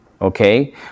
Okay